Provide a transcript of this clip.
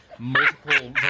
Multiple